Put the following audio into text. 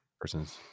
Persons